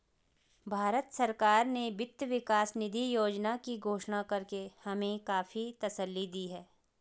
भारत सरकार ने वित्त विकास निधि योजना की घोषणा करके हमें काफी तसल्ली दी है